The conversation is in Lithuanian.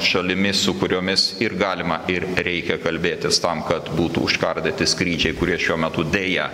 šalimis su kuriomis ir galima ir reikia kalbėtis tam kad būtų užkardyti skrydžiai kurie šiuo metu deja